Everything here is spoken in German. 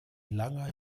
langer